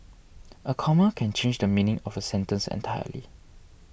a comma can change the meaning of a sentence entirely